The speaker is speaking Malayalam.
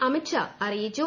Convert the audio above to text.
അമിത്ഷാ അറിയിച്ചു